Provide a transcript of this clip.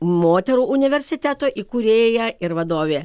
moterų universiteto įkūrėja ir vadovė